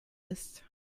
ist